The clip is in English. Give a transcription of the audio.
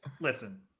Listen